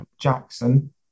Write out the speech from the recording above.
Jackson